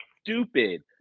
stupid